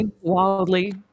wildly